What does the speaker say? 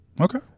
okay